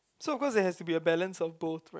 so because it has to be a balance of both right